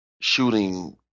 shooting